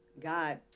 God